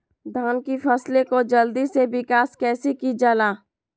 धान की फसलें को जल्दी से विकास कैसी कि जाला?